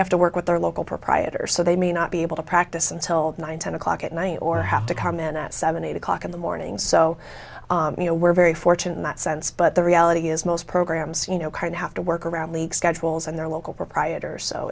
have to work with their local proprietor so they may not be able to practice until nine ten o'clock at night or have to come in at seven eight o'clock in the morning so you know we're very fortunate in that sense but the reality is most programs you know kind have to work around league schedules and their local proprietors so